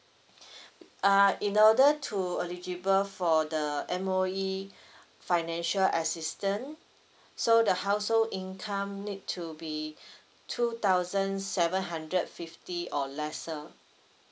uh in order to eligible for the uh M_O_E financial assistance so the household income need to be two thousand seven hundred fifty or lesser